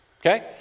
okay